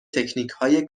تکنیکهای